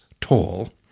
tall